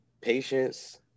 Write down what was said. patience